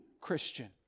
Christian